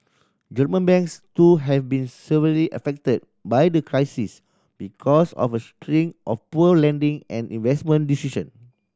German banks too have been severely affected by the crisis because of a string of poor lending and investment decision